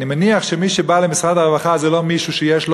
ואני מניח שמי שבא למשרד הרווחה זה לא מישהו שיש לו